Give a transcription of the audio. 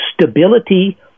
stability